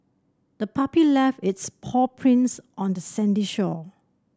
the puppy left its paw prints on the sandy shore